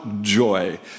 joy